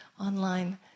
online